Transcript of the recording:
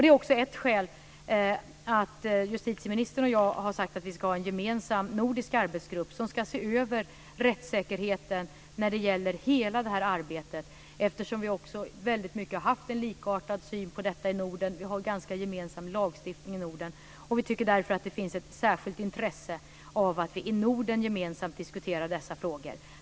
Det är ett skäl till att justitieministern och jag har sagt att vi ska ha en gemensam nordisk arbetsgrupp som ska se över rättssäkerheten när det gäller hela detta arbete. Vi har haft en likartad syn på detta i Norden. Vi har likartad lagstiftning i Norden. Vi tycker därför att det finns ett särskilt intresse av att vi i Norden gemensamt diskuterar dessa frågor.